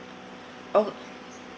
oh